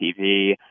TV